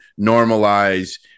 normalize